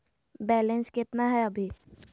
Balance केतना हय अभी?